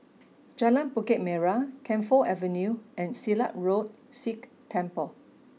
Jalan Bukit Merah Camphor Avenue and Silat Road Sikh Temple